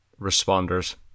responders